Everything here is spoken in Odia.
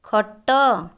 ଖଟ